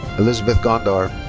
elizabeth gondar.